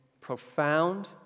profound